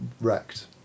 wrecked